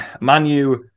Manu